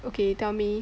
okay tell me